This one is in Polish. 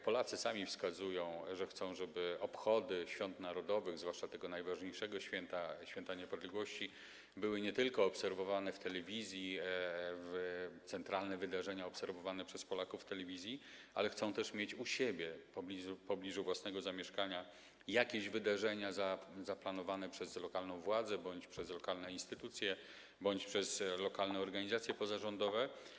Polacy sami wskazują, że chcą, żeby obchody świąt narodowych, zwłaszcza tego najważniejszego święta, Święta Niepodległości, były nie tylko obserwowane w telewizji, te centralne wydarzenia były obserwowane przez Polaków w telewizji, ale chcą też mieć u siebie, w pobliżu własnego miejsca zamieszkania jakieś wydarzenia zaplanowane przez lokalną władzę bądź przez lokalne instytucje, bądź przez lokalne organizacje pozarządowe.